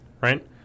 right